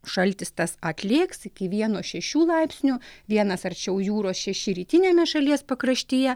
šaltis tas atlėgs iki vieno šešių laipsnių vienas arčiau jūros šeši rytiniame šalies pakraštyje